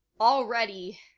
already